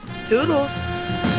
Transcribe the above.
Toodles